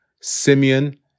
Simeon